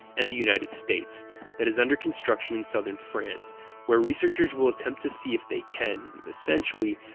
and the united states that is under construction in southern france where researchers will attempt to see if they can, essentially,